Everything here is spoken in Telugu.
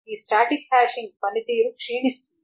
ఈ స్టాటిక్ హ్యాషింగ్ పనితీరు క్షీణిస్తుంది